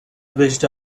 wished